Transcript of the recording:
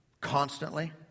constantly